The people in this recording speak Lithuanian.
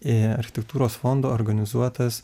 i architektūros fondo organizuotas